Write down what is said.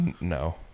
No